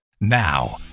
Now